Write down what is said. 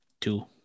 Two